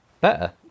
better